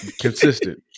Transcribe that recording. Consistent